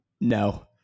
No